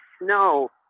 no